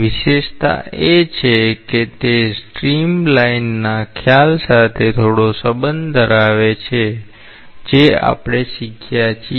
વિશેષતા એ છે કે તે સ્ટ્રીમ લાઇનના ખ્યાલ સાથે થોડો સંબંધ ધરાવે છે જે આપણે શીખ્યા છીએ